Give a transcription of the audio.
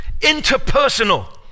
interpersonal